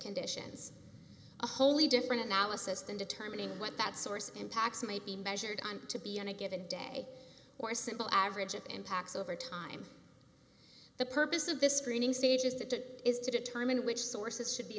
conditions a wholly different analysis than determining what that source impacts might be measured on to be on a given day or a simple average of impacts over time the purpose of this screening stage is that is to determine which sources should be